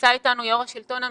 נמצא איתנו גם יו"ר השלטון המקומי,